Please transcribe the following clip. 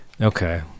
Okay